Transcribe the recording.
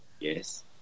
Yes